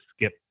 skip